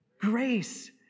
grace